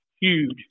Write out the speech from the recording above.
huge